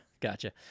Gotcha